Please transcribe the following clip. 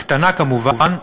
הקטנה כמובן,